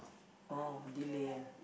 oh delay ah